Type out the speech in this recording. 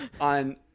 on